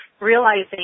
realizing